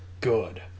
good